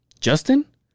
Justin